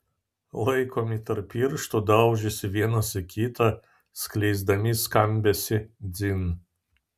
laikomi tarp pirštų daužėsi vienas į kitą skleisdami skambesį dzin